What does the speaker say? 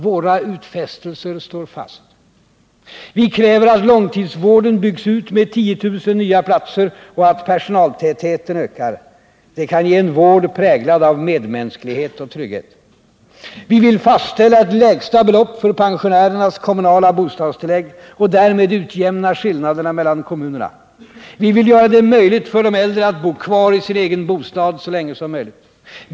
Våra utfästelser står fast. Vi kräver att långtidssjukvården byggs ut med 10 000 nya platser och att personaltätheten ökar. Det kan ge en vård präglad av medmänsklighet och trygghet. Vi vill fastställa ett lägsta belopp för pensionärernas kommunala bostadstillägg och därmed utjämna skillnaderna mellan kommunerna. Vi vill göra det möjligt för de äldre att bo kvar i sin egen bostad så länge som möjligt.